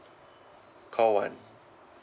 call one